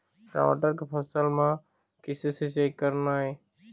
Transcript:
टमाटर के फसल म किसे सिचाई करना ये?